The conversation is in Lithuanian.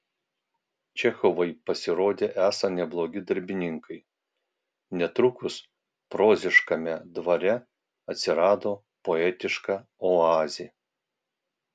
čechovai pasirodė esą neblogi darbininkai netrukus proziškame dvare atsirado poetiška oazė